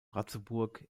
ratzeburg